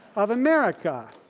of america.